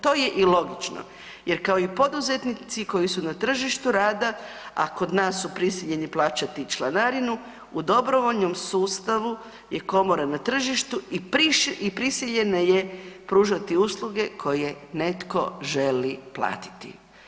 To je i logično jer kao i poduzetnici koji su na tržištu rada, a kod nas su prisiljeni plaćati članarinu, u dobrovoljnom sustavu je komora na tržištu i prisiljena je pružati usluge koje netko želi platiti.